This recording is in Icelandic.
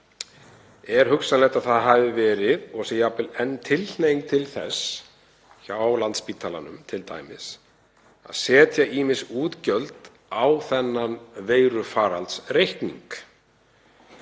Er hugsanlegt að það hafi verið, og sé jafnvel enn, tilhneiging til þess hjá Landspítalanum t.d. að setja ýmis útgjöld á þennan veirufaraldursreikning